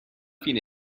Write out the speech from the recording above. fine